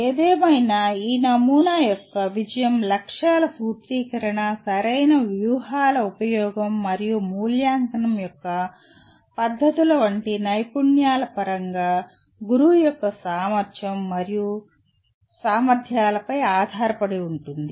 ఏదేమైనా ఈ నమూనా యొక్క విజయం లక్ష్యాల సూత్రీకరణ సరైన వ్యూహాల ఉపయోగం మరియు మూల్యాంకనం యొక్క పద్ధతులు వంటి నైపుణ్యాల పరంగా గురువు యొక్క సామర్థ్యం మరియు సామర్థ్యంపై ఆధారపడి ఉంటుంది